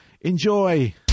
Enjoy